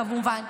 כמובן,